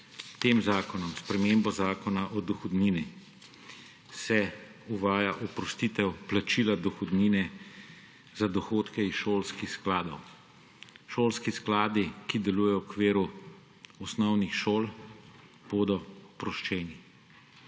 tem zakonom, spremembo Zakona o dohodnini, se uvaja oprostitev plačila dohodnine za dohodke iz šolskih skladov. Šolski skladi, ki delujejo v okviru osnovnih šol, bodo oproščeni,